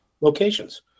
locations